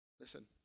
listen